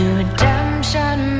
redemption